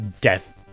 death